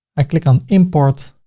i click on import.